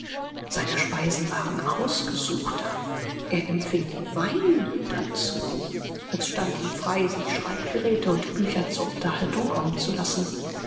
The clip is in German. seine speisen waren ausgesuchter er empfing wein dazu es stand ihm frei sich schreibgeräte und bücher zur unterhaltung kommen zu lassen